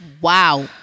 Wow